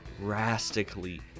drastically